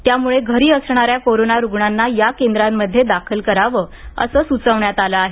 त्यामुळे घरी असणाऱ्या कोरोना रुग्णांना या केंद्रांमध्ये दाखल करावं असं सुचविण्यात आलं आहे